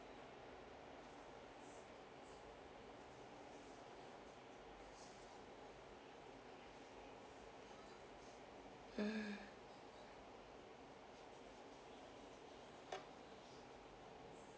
mm